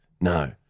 no